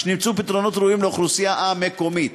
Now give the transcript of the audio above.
שנמצאו פתרונות ראויים לאוכלוסייה המקומית.